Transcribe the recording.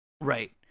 Right